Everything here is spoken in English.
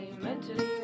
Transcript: mentally